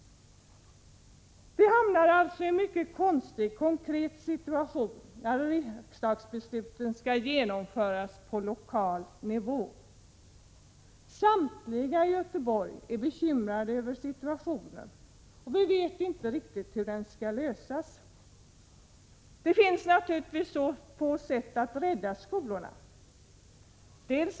Vi hamnar alltså i en mycket konstig situation när riksdagsbeslutet skall genomföras på lokal nivå. Samtliga i Göteborg är bekymrade över situationen. Vi vet inte riktigt hur den skall lösas. Det finns naturligtvis två sätt att rädda skolorna.